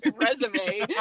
resume